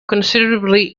considerably